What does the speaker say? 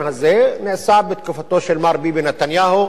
הזה נעשה בתקופתו של מר ביבי נתניהו,